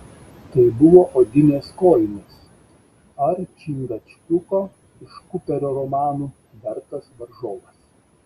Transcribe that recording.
tai buvo odinės kojinės ar čingačguko iš kuperio romanų vertas varžovas